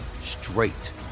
straight